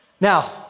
Now